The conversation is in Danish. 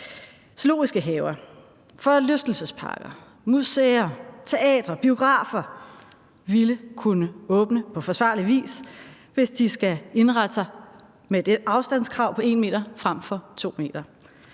Zoologiske haver, forlystelsesparker, museer, teatre og biografer ville kunne åbne på forsvarlig vis, hvis de skal indrette sig med et afstandskrav på 1 m frem for 2 m,